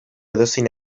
edozein